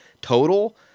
total